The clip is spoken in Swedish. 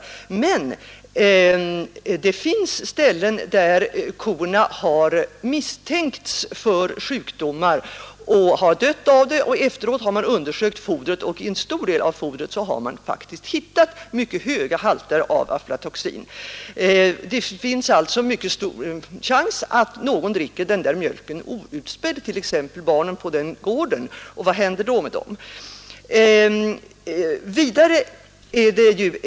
Men det finns ställen där korna har misstänkts för sjukdomar och dött av dem, varefter man undersökt fodret. I en stor del av fodret har man faktiskt hittat mycket höga halter av aflatoxin. Det är alltså stor risk att någon dricker denna mjölk outspädd, t.ex. barnen på den gård det gäller, och vad händer då med dem?